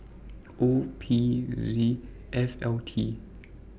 O P Z L F T